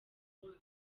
ruhari